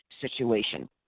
situation